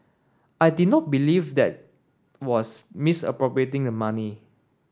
I did not believe that was misappropriating the money